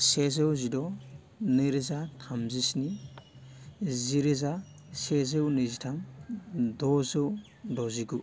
सेजौ जिद' नैरोजा थामजिस्नि जिरोजा सेजौ नैजिथाम द'जौ द'जिगु